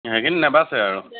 সেইখিনি নেবাচে আৰু